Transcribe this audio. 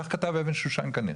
כך כתב אבן שושן כנראה.